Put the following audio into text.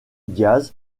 diaz